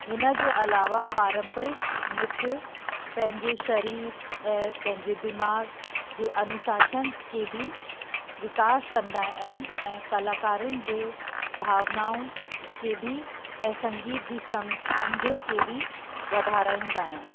हिन जे अलावा पारंपरिक नृत्य पंहिंजे शरीर ऐं पंहिंजे दिमाग़ जे अनुशासन खे बि विकास कंदा आहिनि ऐं कलाकारुनि जे भावनाऊं खे बि ऐं संगीत जी सम सम्झ खे बि वधाराईंदा आहिनि